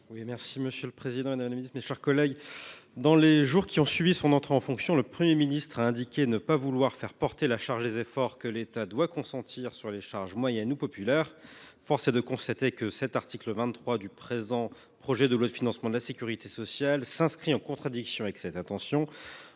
pour présenter l’amendement n° 319. Dans les jours qui ont suivi son entrée en fonction, le Premier ministre a indiqué ne pas vouloir faire supporter la charge des efforts que l’État doit consentir par les classes moyennes ou populaires. Force est de constater que l’article 23 du présent projet de loi de financement de la sécurité sociale s’inscrit en contradiction avec cette intention.